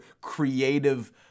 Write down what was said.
creative